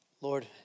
Lord